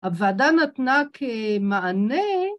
‫הוועדה נתנה כמענה...